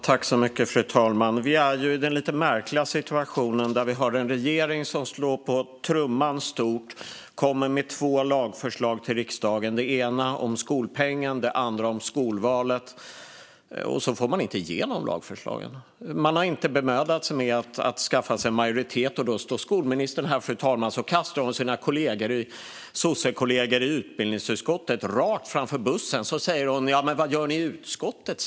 Fru talman! Vi är i den lite märkliga situationen att vi har en regering som slår på stora trumman och som kommer med två lagförslag till riksdagen. Det ena handlar om skolpengen. Det andra handlar om skolvalet. Men sedan får man inte igenom lagförslagen. Man har inte bemödat sig om att skaffa sig majoritet. Fru talman! Sedan står skolministern här och kastar sina sossekollegor i utbildningsutskottet rakt framför bussen när hon säger: Men vad gör ni i utskottet?